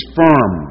firm